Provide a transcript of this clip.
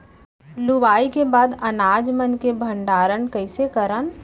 लुवाई के बाद अनाज मन के भंडारण कईसे करन?